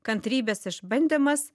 kantrybės išbandymas